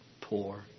poor